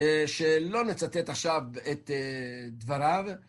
שלא נצטט עכשיו את דבריו.